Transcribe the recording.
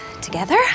together